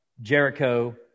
Jericho